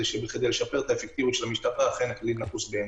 שבכדי לשפר את האפקטיביות של המשטרה הכלי נחוץ באמת.